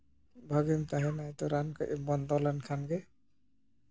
ᱵᱷᱟᱜᱮᱢ ᱛᱟᱦᱮᱱᱟ ᱛᱚ ᱨᱟᱱ ᱠᱟᱹᱡ ᱮᱢ ᱵᱚᱱᱫᱚ ᱞᱮᱱᱠᱷᱟᱱ ᱜᱮ